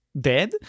dead